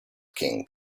king